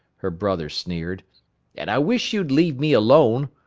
her brother sneered and i wish you'd leave me alone.